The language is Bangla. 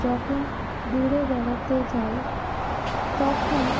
যখন দূরে বেড়াতে যায় তখন